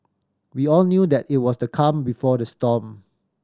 we all knew that it was the calm before the storm